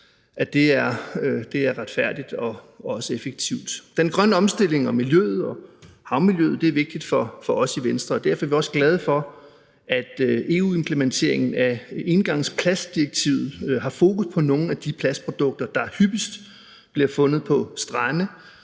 betaler, er retfærdigt og også effektivt. Den grønne omstilling og miljøet og havmiljøet er vigtigt for os i Venstre, og derfor er vi også glade for, at EU-implementeringen af engangsplastdirektivet har fokus på nogle af de plastprodukter, der hyppigst bliver fundet på strande,